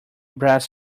brass